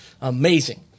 Amazing